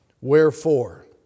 Wherefore